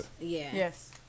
Yes